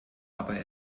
aber